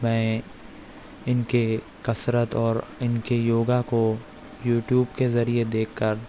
میں ان کے کثرت اور ان کے یوگا کو یوٹیوب کے ذریعے دیکھ کر